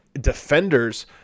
defenders